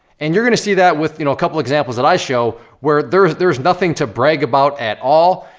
and you're gonna see that with, you know, a couple examples that i show, where there's there's nothing to brag about at all.